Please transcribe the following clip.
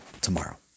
tomorrow